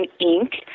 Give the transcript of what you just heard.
Inc